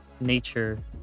nature